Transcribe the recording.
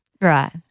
Right